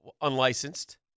unlicensed